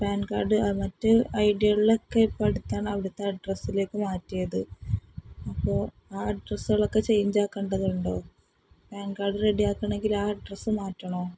pan card മറ്റ് ഐ ഡികളിലൊക്കെ ഇപ്പം അടുത്താണ് അവിടുത്തെ അഡ്രസ്സിലേക്ക് മാറ്റിയത് അപ്പോൾ ആ അഡ്രസ്സുകളൊക്കെ ചേഞ്ച് ആക്കേണ്ടതുണ്ടോ പാൻ കാഡ് റെഡിയാക്കണമെങ്കിൽ ആ അഡ്രസ്സ് മാറ്റണമോ